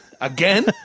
Again